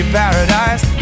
paradise